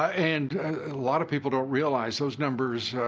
and a lot of people don't realize those numbers,